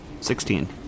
Sixteen